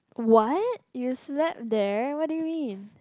what you slept there what do you mean